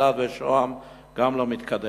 אלעד ושוהם גם לא מתקדם.